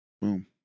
Boom